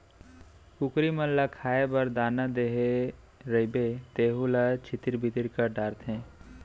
कुकरी मन ल खाए बर दाना देहे रइबे तेहू ल छितिर बितिर कर डारथें